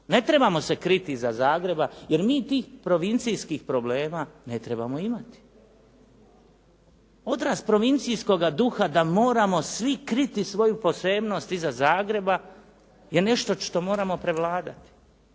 Ne trebamo se kriti iza Zagreba, jer mi tih provincijskih problema ne trebamo imati. Odraz provincijskoga duha da moramo svi kriti svoju posebnost iza Zagreba je nešto što moramo prevladati.